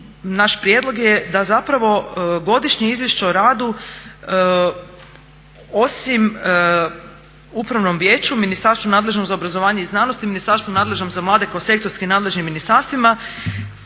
naš prijedlog je da godišnje izvješće o radu osim upravnom vijeću, ministarstvu nadležnom za obrazovanje i znanost i ministarstvu nadležnom za mlade kao sektorski nadležna ministarstvima